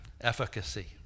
efficacy